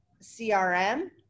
CRM